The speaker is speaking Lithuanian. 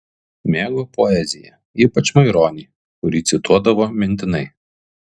mėgo poeziją ypač maironį kurį cituodavo mintinai